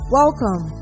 welcome